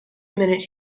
minute